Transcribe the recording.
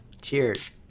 Cheers